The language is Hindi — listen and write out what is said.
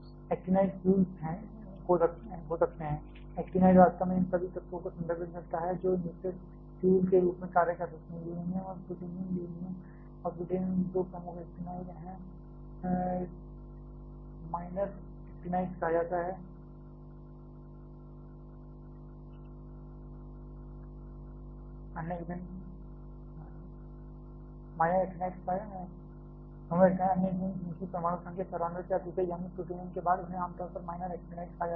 एक्टिनाइड फ्यूल्स हो सकते हैं एक्टिनाइड वास्तव में इन सभी तत्वों को संदर्भित करता है जो न्यूक्लियर फ्यूल के रूप में कार्य कर सकते हैं यूरेनियम और प्लूटोनियम यूरेनियम और प्लूटोनियम दो प्रमुख एक्टिनाइड हैं अन्य ईंधन जिनकी परमाणु संख्या 94 से अधिक है यानी प्लूटोनियम के बाद उन्हें आमतौर पर माइनर एक्टिनाइड्स कहा जाता है